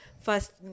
first